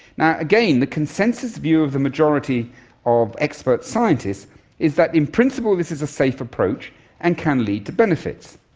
again, the consensus view of the majority of expert scientists is that in principle this is a safe approach and can lead to benefits,